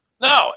No